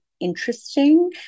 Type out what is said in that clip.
interesting